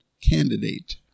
candidate